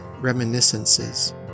reminiscences